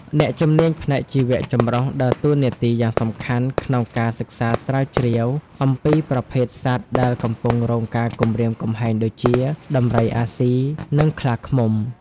អ្នកជំនាញផ្នែកជីវៈចម្រុះដើរតួនាទីយ៉ាងសំខាន់ក្នុងការសិក្សាស្រាវជ្រាវអំពីប្រភេទសត្វដែលកំពុងរងការគំរាមកំហែងដូចជា ដំរីអាស៊ី និងខ្លាឃ្មុំ។